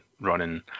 running